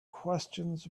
questions